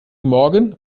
morgen